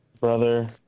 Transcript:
brother